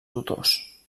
tutors